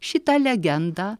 šitą legendą